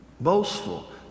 boastful